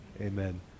amen